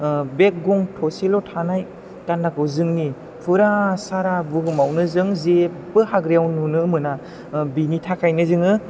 ओह बे गं थसेल' थानाय गान्दाखौ जोंनि फुरा सारा बुहुमआवनो जों जेबो हाग्रायाव नुनो मोना बिनि थाखायनो जोङो